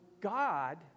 God